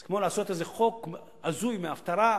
זה כמו לעשות איזה חוק הזוי, מההפטרה,